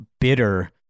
bitter